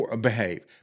behave